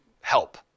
help